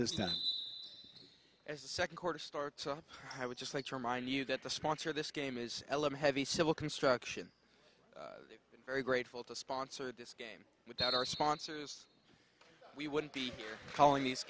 time as the second quarter starts off i would just like to remind you that the sponsor of this game is elam heavy civil construction and very grateful to sponsor this game without our sponsors we wouldn't be calling these